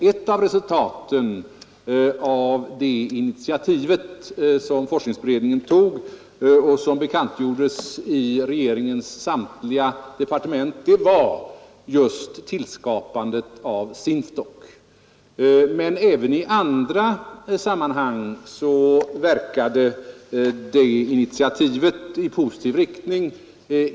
Ett av resultaten av det initiativ som forskningsberedningen tog och som bekantgjordes i regeringens samtliga departement var just tillskapandet av SINFDOK. Men även i andra sammanhang verkade det initiativet i positiv riktning.